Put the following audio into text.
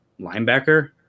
linebacker